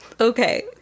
Okay